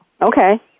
Okay